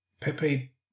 Pepe